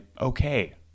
okay